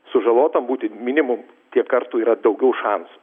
sužalotam būti minimum tiek kartų yra daugiau šansų